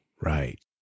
Right